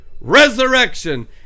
resurrection